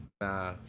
Nah